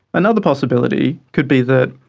another possibility could be that,